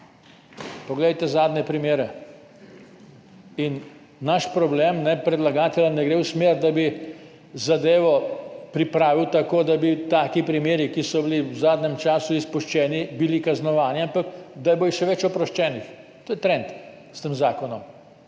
Poglejte zadnje primere. Naš problem, predlagatelja, ne gre v smer, da bi zadevo pripravil tako, da bi taki primeri, ki so bili v zadnjem času izpuščeni, bili kaznovani, ampak da bo še več oproščenih. To je trend s tem zakonom.